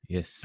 Yes